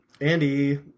Andy